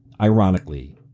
ironically